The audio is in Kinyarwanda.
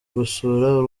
gusura